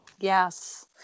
Yes